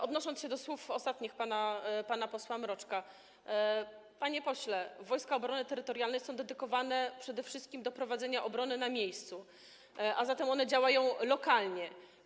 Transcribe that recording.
Odnosząc się do ostatnich słów pana posła Mroczka, chcę powiedzieć, panie pośle, że Wojska Obrony Terytorialnej są dedykowane przede wszystkim do prowadzenia obrony na miejscu, a zatem one działają lokalnie.